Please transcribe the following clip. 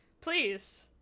Please